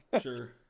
Sure